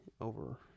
over